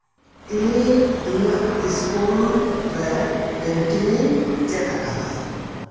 ᱤᱧ ᱤᱧᱟᱹᱜ ᱥᱠᱩᱞ ᱨᱮ ᱯᱮᱱᱴᱤᱝᱤᱧ ᱪᱮᱫ ᱠᱟᱫᱟ